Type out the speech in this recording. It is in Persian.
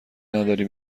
نداری